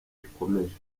rikomeje